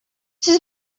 this